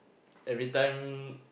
every time